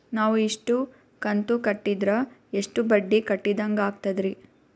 ನಾವು ಇಷ್ಟು ಕಂತು ಕಟ್ಟೀದ್ರ ಎಷ್ಟು ಬಡ್ಡೀ ಕಟ್ಟಿದಂಗಾಗ್ತದ್ರೀ?